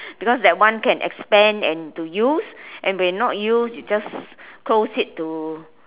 because that one can expand and to use and when not use you just close it to